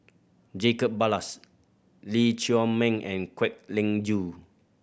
Jacob Ballas Lee Chiaw Meng and Kwek Leng Joo